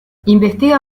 investiga